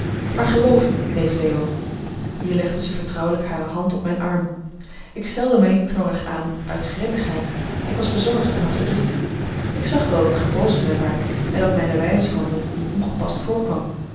maar geloof mij neef leo hier legde zij vertrouwelijk hare hand op mijn arm ik stelde mij niet knorrig aan uit grilligheid ik was bezorgd en had verdriet ik zag wel dat gij boos op mij waart en dat mijne wijze van doen u ongepast voorkwam